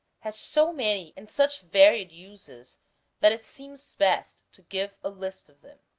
has so many and such varied uses that it seems best to give a list of them